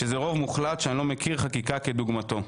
שזה רוב מוחלט, שאני לא מכיר חקיקה כדוגמתו.